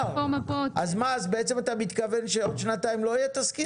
אז בעצם אתה מתכוון שבעוד שנתיים לא יהיה תזכיר?